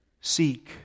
Seek